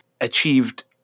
achieved